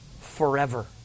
forever